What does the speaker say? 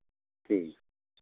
ठीक